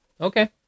Okay